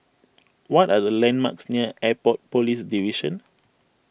what are the landmarks near Airport Police Division